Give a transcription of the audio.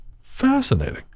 fascinating